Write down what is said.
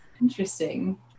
interesting